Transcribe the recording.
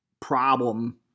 problem